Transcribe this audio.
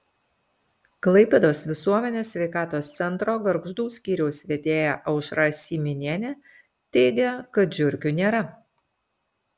klaipėdos visuomenės sveikatos centro gargždų skyriaus vedėja aušra syminienė teigia kad žiurkių nėra